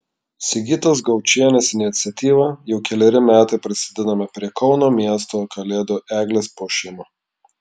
sigitos gaučienės iniciatyva jau keleri metai prisidedame prie kauno miesto kalėdų eglės puošimo